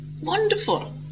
wonderful